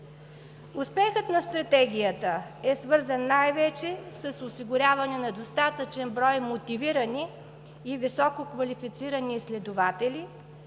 Успехът на Стратегията е свързан най-вече с осигуряване на достатъчен брой мотивирани и високо квалифицирани изследователи,